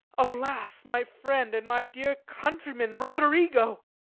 alas, my friend and my dear countryman roderigo?